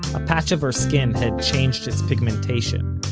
a patch of her skin had changed its pigmentation.